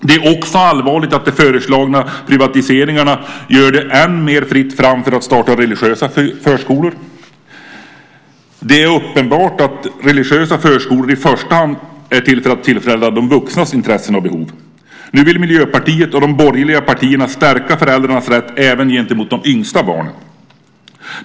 Det är också allvarligt att de föreslagna privatiseringarna gör det än mer fritt fram att starta religiösa förskolor. Det är uppenbart att religiösa förskolor i första hand är till för att tillfredsställa de vuxnas intressen och behov. Nu vill Miljöpartiet och de borgerliga partierna stärka föräldrarnas rätt även gentemot de yngsta barnen.